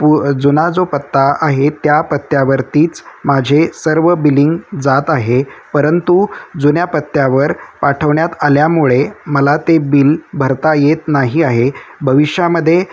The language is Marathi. पु जुना जो पत्ता आहे त्या पत्त्यावरतीच माझे सर्व बिलिंग जात आहे परंतु जुन्या पत्त्यावर पाठवण्यात आल्यामुळे मला ते बिल भरता येत नाही आहे भविष्यामध्ये